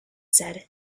said